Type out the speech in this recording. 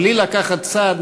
בלי לקחת צד,